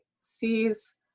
sees